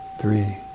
three